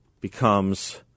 becomes